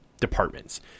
departments